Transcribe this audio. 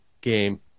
game